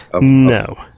No